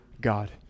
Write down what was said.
God